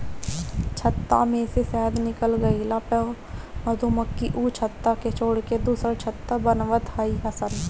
छत्ता में से शहद निकल गइला पअ मधुमक्खी उ छत्ता के छोड़ के दुसर छत्ता बनवत हई सन